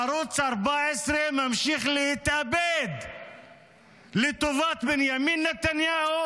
ערוץ 14 ממשיך להתאבד לטובת בנימין נתניהו